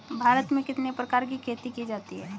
भारत में कितने प्रकार की खेती की जाती हैं?